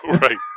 Right